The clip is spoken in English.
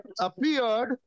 appeared